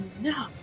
no